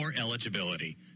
eligibility